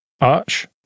Arch